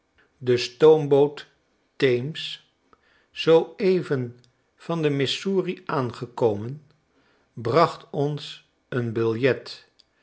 de stoomboot thames zoo even van de missouri aangekomen bracht ons een biljet